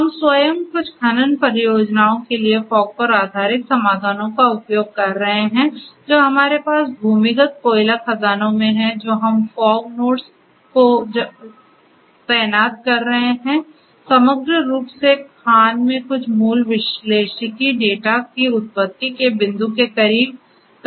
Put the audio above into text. हम स्वयं कुछ खनन परियोजनाओं के लिए फॉग पर आधारित समाधानों का उपयोग कर रहे हैं जो हमारे पास भूमिगत कोयला खदानों में हैं जो हम फॉग नोड्स को तैनात कर रहे हैं समग्र रूप से खान में कुछ मूल विश्लेषिकी डेटा की उत्पत्ति के बिंदु के करीब करने के लिए उपयोग कर रहे हैं